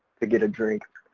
to get a drink.